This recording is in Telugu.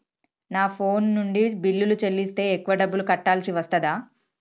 నా ఫోన్ నుండి బిల్లులు చెల్లిస్తే ఎక్కువ డబ్బులు కట్టాల్సి వస్తదా?